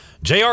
jr